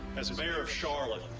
as mayor of charlotte,